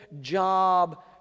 job